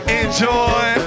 enjoy